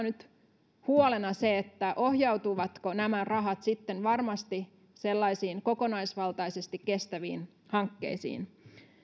nyt huolena se ohjautuvatko nämä rahat sitten varmasti sellaisiin kokonaisvaltaisesti kestäviin hankkeisiin